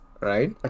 right